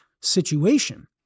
situation